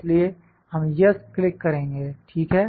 इसलिए हम yes click करेंगे ठीक है